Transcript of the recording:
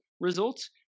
results